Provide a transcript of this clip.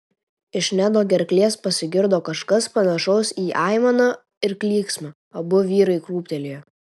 iš nedo gerklės pasigirdo kažkas panašaus į aimaną ir klyksmą abu vyrai krūptelėjo